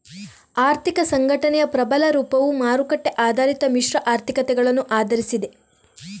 ಆರ್ಥಿಕ ಸಂಘಟನೆಯ ಪ್ರಬಲ ರೂಪವು ಮಾರುಕಟ್ಟೆ ಆಧಾರಿತ ಮಿಶ್ರ ಆರ್ಥಿಕತೆಗಳನ್ನು ಆಧರಿಸಿದೆ